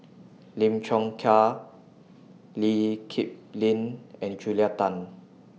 Lim Chong Yah Lee Kip Lin and Julia Tan